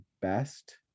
best